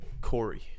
Corey